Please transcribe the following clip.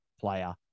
player